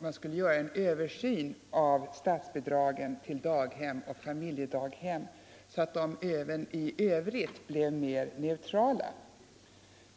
det skall göras en översyn av statsbidragen till daghem och familjedaghem, så att de även i övrigt blir mer neutrala.